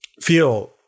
feel